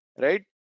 Right